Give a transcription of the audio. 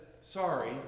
sorry